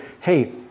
Hey